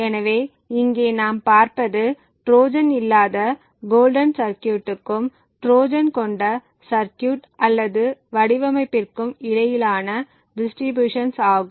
எனவே இங்கே நாம் பார்ப்பது ட்ரோஜன் இல்லாத கோல்டன் சர்கியூட்க்கும் ட்ரோஜன் கொண்ட சர்கியூட் அல்லது வடிவமைப்பிற்கும் இடையிலான டிஸ்ட்ரிபியூஷன் ஆகும்